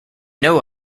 know